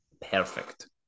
perfect